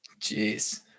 Jeez